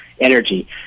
Energy